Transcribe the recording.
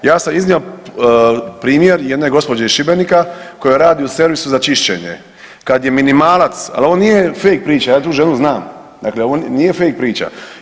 Ja sam iznio primjer jedne gospođe iz Šibenika koja radi u servisu za čišćenje kad je minimalac, ali ovo nije fake priča ja tu ženu znam, dakle ovo nije fake priča.